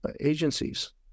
agencies